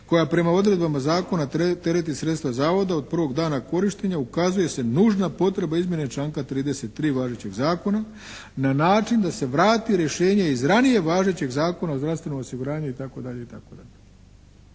koja prema odredbama zakona tereti sredstva zavoda od prvog dana korištenja ukazuje se nužna potreba izmjene članka 33. važećeg zakona na način da se vrati rješenje iz ranije važećeg Zakona o zdravstvenom osiguranju" itd.